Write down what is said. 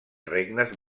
regnes